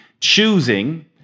choosing